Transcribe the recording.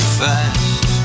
fast